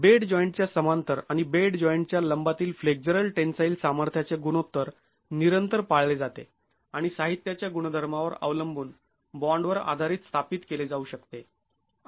bed जॉईंटच्या समांतर आणि बेड जॉईंटच्या लंबातील फ्लेक्झरल टेन्साईल सामर्थ्याचे गुणोत्तर निरंतर पाळले जाते आणि साहित्याच्या गुणधर्मावर अवलंबून बॉंड वर आधारित स्थापित केले जाऊ शकते